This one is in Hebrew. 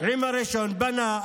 עם הרישיון ובנה.